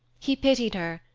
he pitied her,